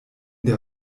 der